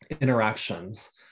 interactions